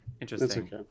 Interesting